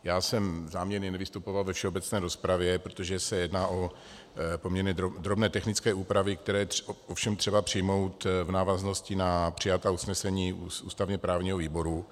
Já jsem záměrně nevystupoval ve všeobecné rozpravě, protože se jedná o poměrně drobné technické úpravy, které je ovšem třeba přijmout v návaznosti na přijatá usnesení ústavněprávního výboru.